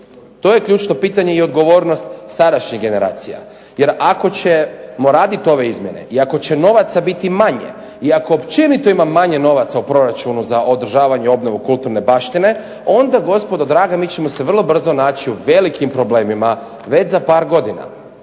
To je ključno pitanje i odgovornost sadašnjih generacija. Jer ako ćemo raditi ove izmjene i ako će novaca biti manje i ako općenito ima manje novaca u proračunu za održavanje i obnovu kulturne baštine onda gospodo draga mi ćemo se vrlo brzo naći u velikim problemima već za par godina.